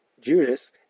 Judas